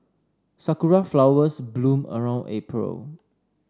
sakura flowers bloom around April